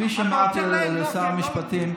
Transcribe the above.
אז כפי שאמרתי לשר המשפטים,